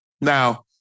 Now